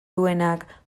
duenak